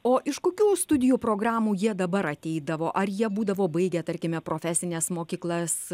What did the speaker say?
o iš kokių studijų programų jie dabar ateidavo ar jie būdavo baigę tarkime profesines mokyklas